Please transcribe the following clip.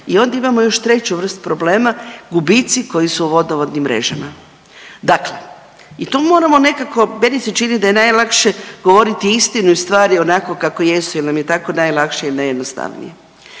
i onda imamo još treću vrst problema gubici koji su u vodovodnim mrežama. Dakle, i tu moramo nekako meni se čini da je najlakše govoriti istinu i stvari onako kako jesu jel nam je tako najlakše i najjednostavnije.